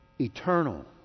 eternal